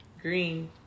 green